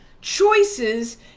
choices